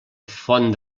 font